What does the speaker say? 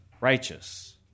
righteous